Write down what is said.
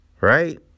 right